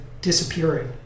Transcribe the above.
disappearing